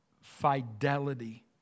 fidelity